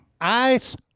Ice